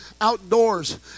outdoors